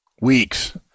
weeks